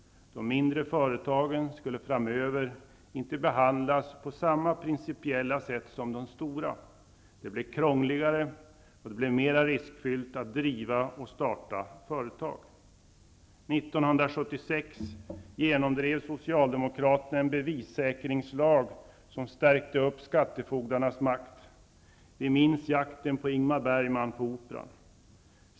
De mindre företagen skulle framöver inte behandlas på samma principiella sätt som de stora. Det blev krångligare och mer riskfyllt att driva och starta företag. År 1976 genomdrev Socialdemokraterna en bevissäkringslag som stärkte skattefogdarnas makt. Vi minns jakten på Ingmar Bergman på Operan.